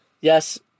yes